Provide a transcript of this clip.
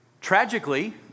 tragically